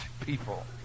people